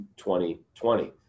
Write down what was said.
2020